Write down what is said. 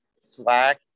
slack